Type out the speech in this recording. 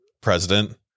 president